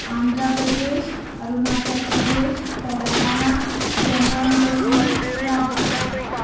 Andhra Pradesh Arunachal Pradesh Telangana Jammu and Kashmir Rajasthan